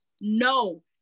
no